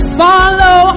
follow